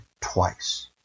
twice